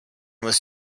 was